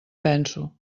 penso